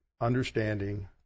understanding